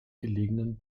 gelegenen